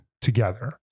together